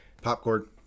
Popcorn